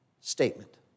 statement